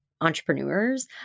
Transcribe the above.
entrepreneurs